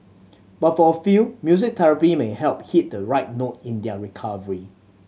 but for a few music therapy may help hit the right note in their recovery